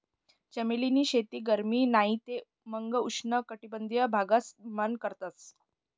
चमेली नी शेती गरमी नाही ते मंग उष्ण कटबंधिय भागस मान करतस